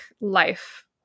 life